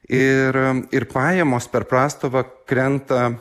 ir ir pajamos per prastovą krenta